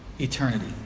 eternity